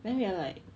then we are like